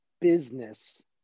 business